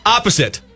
Opposite